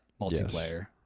multiplayer